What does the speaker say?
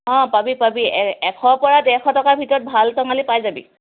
অঁ পাবি পাবি এ এশৰ পৰা ডেৰশ টকাৰ ভিতৰত তই ভাল টঙালি পাই যাবি